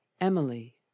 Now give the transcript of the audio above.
Emily